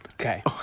Okay